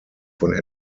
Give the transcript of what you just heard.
von